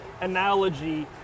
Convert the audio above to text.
analogy